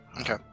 okay